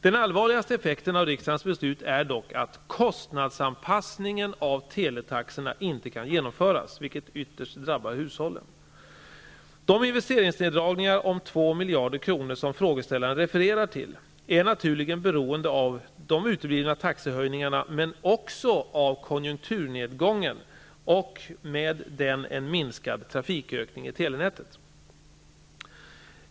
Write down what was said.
Den allvarligaste effekten av rikdsdagens beslut är dock att kostnadsanpassningen av teletaxorna inte kan genomföras, vilket ytterst drabbar hushållen. De investeringsneddragningar på 2 miljarder kronor som frågeställaren refererar till är naturligen beroende av de uteblivna taxehöjningarna men också av konjunkturnedgången och med den en minskad trafikökning i telenätet.